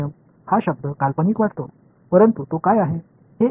எனவே குவாடுரேசா் விதிகள் வித்தியாசமான சத்தத்தை ஏற்படுத்தும் ஆனால் அது என்ன